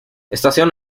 estación